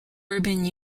urban